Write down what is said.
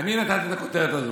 אני נתתי את הכותרת הזו.